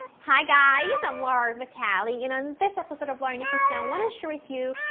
hi guys i'm laura vitale and on this episode of laura in the kitchen i want to share with you,